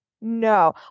No